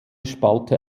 spalte